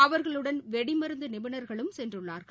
அவர்களுடன் வெடிமருந்துநிபுணர்களும் சென்றுள்ளார்கள்